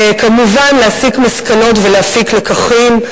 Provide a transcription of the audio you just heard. וכמובן להסיק מסקנות ולהפיק לקחים,